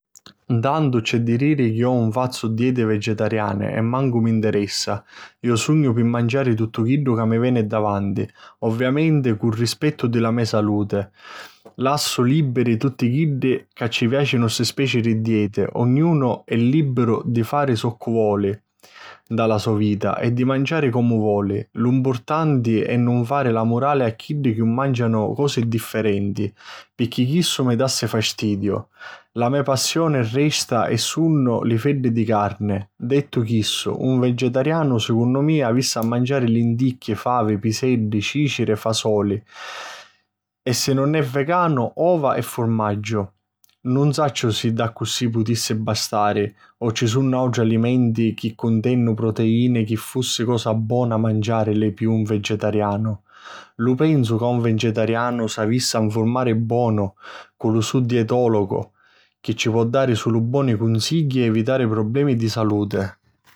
Ntantu c'è di diri chi iu nun fazzu dieti vegetariani e mancu m'interessa. Iu sugnu pi manciari tuttu chiddu ca mi veni davanti, ovviamenti cu rispettu di la me saluti. Lassu lìbiri tutti chiddi ca ci piàcinu sta speci di dieti. Ognunu è lìbiru di fari zoccu voli nta la so vita e di manciari comu voli. Lu mpurtanti è nun fari la murali a chiddi chi màncianu cosi differenti; picchì chissu mi dassi fastidiu. La me passioni resta e sunnu li feddi di carni. Dittu chissu, un vegetarianu, secunnu mia, avissi a manciari linticchi, favi, piseddi, cìciri, fasoli e, si nun è veganu, ova e furmaggiu. Nun sacciu si daccussì putissi bastari o ci sunnu àutri alimenti chi cuntènnu proteìni chi fussi cosa bona manciàrili pi un vegetarianu. Iu pensu ca un vegetarianu s'avissi a nfurmari bonu cu lu so dietòlogu, chi ci po dari sulu boni cunsigghi e evitari problemi di saluti.